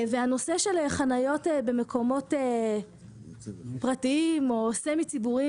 והנושא של חניות במקומות פרטיים או סמי ציבוריים,